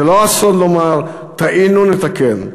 זה לא אסון לומר: טעינו, נתקן.